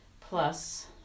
plus